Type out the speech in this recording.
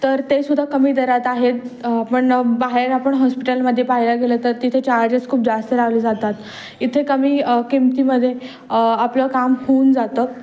तर तेसुद्धा कमी दरात आहेत पण बाहेर आपण हॉस्पिटलमध्ये पाहायला गेलं तर तिथे चार्जेस खूप जास्त लावले जातात इथे कमी किमतीमध्ये आपलं काम होऊन जातं